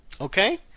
Okay